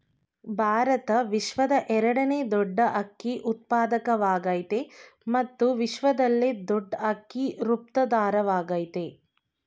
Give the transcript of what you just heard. ಭಾರತ ವಿಶ್ವದ ಎರಡನೇ ದೊಡ್ ಅಕ್ಕಿ ಉತ್ಪಾದಕವಾಗಯ್ತೆ ಮತ್ತು ವಿಶ್ವದಲ್ಲೇ ದೊಡ್ ಅಕ್ಕಿ ರಫ್ತುದಾರವಾಗಯ್ತೆ